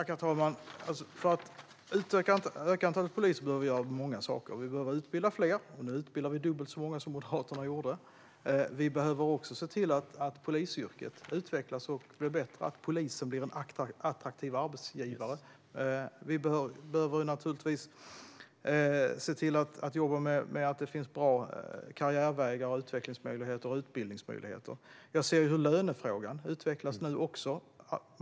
Herr talman! För att öka antalet poliser behöver vi göra många saker. Vi behöver utbilda fler, och nu utbildar vi dubbelt så många som Moderaterna gjorde. Vi behöver också se till att polisyrket utvecklas och blir bättre och att polisen blir en attraktiv arbetsgivare. Vi behöver naturligtvis se till att jobba med att det finns bra karriärvägar, utvecklingsmöjligheter och utbildningsmöjligheter. Jag ser hur lönefrågan utvecklas nu också.